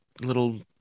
little